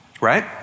Right